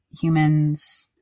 humans